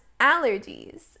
allergies